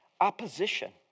opposition